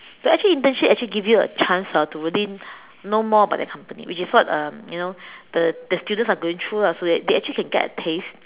but actually internship actually give you a chance hor to really know more about the company which is what um you know the the students are going through lah so that they actually can get a taste